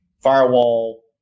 firewall